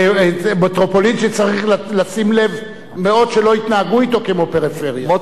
מטרופולין שצריך לשים לב מאוד שלא יתנהגו אתה כמו פריפריה.